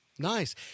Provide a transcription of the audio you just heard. Nice